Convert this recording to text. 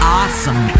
awesome